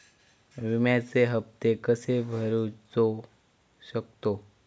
विम्याचे हप्ते कसे भरूचो शकतो?